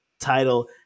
title